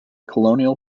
colonial